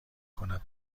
کند